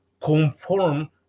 conform